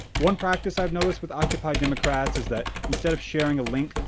one practice i have noticed with occupy democrats is that, instead of sharing a link,